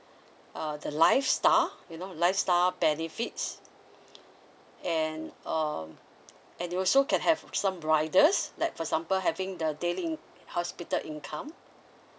uh the lifestyle you know lifestyle benefits and um and you also can have some riders like for example having the daily in hospital income